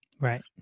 Right